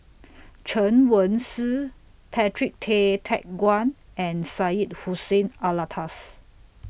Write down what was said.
Chen Wen Hsi Patrick Tay Teck Guan and Syed Hussein Alatas